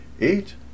Eight